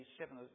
seven